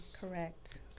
correct